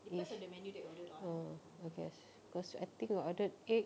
is ah I guess because I think we ordered egg